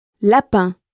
lapin